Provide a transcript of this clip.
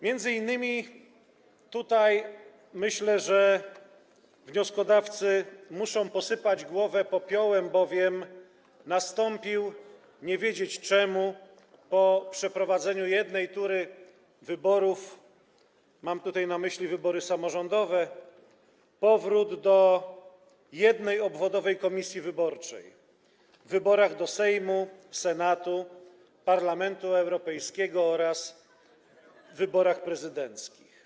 Myślę, że wnioskodawcy muszą posypać głowę popiołem, bowiem nastąpił, nie wiedzieć czemu, po przeprowadzeniu jednej tury wyborów - mam tutaj na myśli wybory samorządowe - powrót do jednej obwodowej komisji wyborczej w wyborach do Sejmu, Senatu, Parlamentu Europejskiego oraz w wyborach prezydenckich.